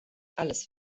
alles